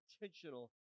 intentional